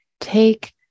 take